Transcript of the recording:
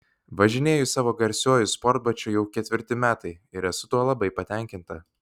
važinėju savo garsiuoju sportbačiu jau ketvirti metai ir esu tuo labai patenkinta